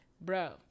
bro